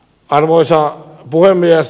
arvoisa puhemies